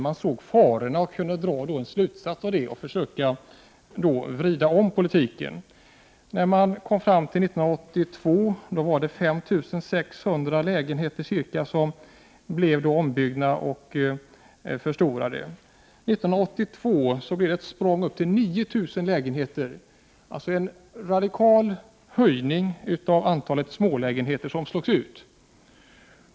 Man såg nämligen farorna och drog slutsatsen att man måste försöka vrida om politiken. År 1982 blev ca 5 600 lägenheter ombyggda till större lägenheter. Men 1982 steg siffran till hela 9 000 lägenheter — alltså en radikal höjning av antalet smålägenheter som slogs ut till större lägenheter.